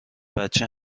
بچه